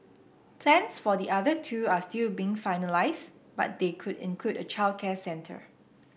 plans for the other two are still being finalised but they could include a childcare centre